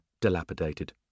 dilapidated